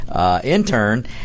intern